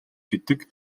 гэдэг